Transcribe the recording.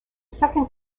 second